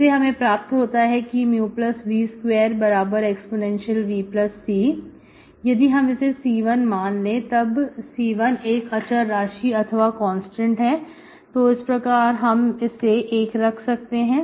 इससे हमें प्राप्त होता है कि μv2evC यदि हम इसे C1 मान ले तब C1 एक अचर राशि अथवा कांस्टेंट है तो इस प्रकार हमें इसे 1 रख सकते हैं